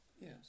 Yes